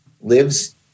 lives